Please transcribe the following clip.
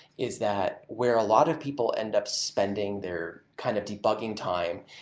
is that where a lot of people end up spending their kind of debugging time,